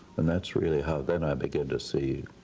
and that's really how, then i began to see